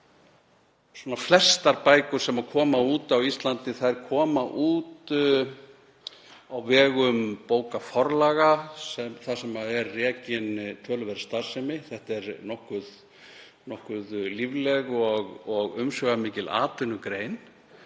svo. Flestar bækur sem koma út á Íslandi koma út á vegum bókaforlaga þar sem er rekin töluverð starfsemi. Þetta er nokkuð lífleg og umsvifamikil atvinnugrein,